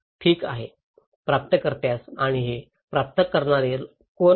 ठीक आहे प्राप्तकर्त्यास आणि हे प्राप्त करणारे कोण आहेत